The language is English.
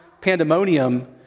pandemonium